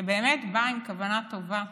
שבאמת באה עם כוונה טובה,